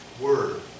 word